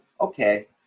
okay